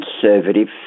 conservative